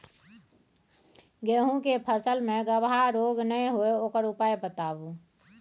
गेहूँ के फसल मे गबहा रोग नय होय ओकर उपाय बताबू?